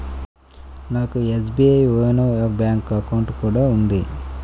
నాకు SBI YONO bank account కూడా ఉంది